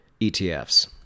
ETFs